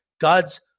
God's